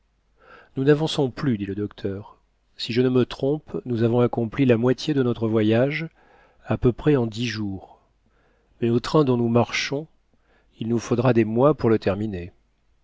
nous n'avançons plus dit le docteur si je ne me trompe nous avons accompli la moitié de notre voyage à peu près en dix jours mais au train dont nous marchons il nous faudra des mois pour le terminer